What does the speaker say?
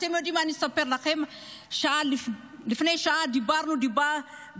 אתם יודעים, אני אספר לכם, לפני שעה דיברנו בפרסה,